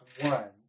One